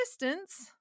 distance